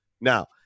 Now